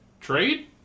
Trade